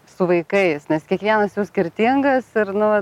su vaikais nes kiekvienas jų skirtingas ir nu